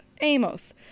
Amos